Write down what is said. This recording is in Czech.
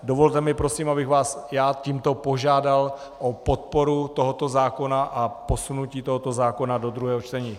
Dovolte mi prosím, abych vás tímto požádal o podporu tohoto zákona a posunutí tohoto zákona do druhého čtení.